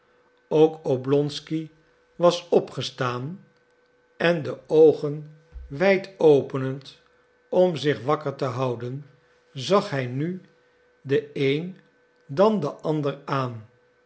ook oblonsky was opgestaan en de oogen wijd openend om zich wakker te houden zag hij nu den een dan den ander aan